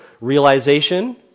realization